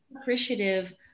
appreciative